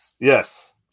yes